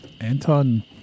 Anton